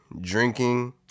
drinking